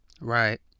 right